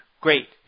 Great